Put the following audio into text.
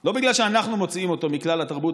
לא בגלל שאנחנו מוציאים אותו מכלל התרבות